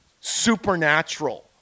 supernatural